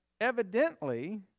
evidently